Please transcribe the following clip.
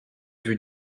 vue